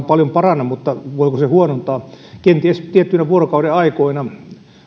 paljon paranna mutta voiko se huonontaa kenties tiettyinä vuorokaudenaikoina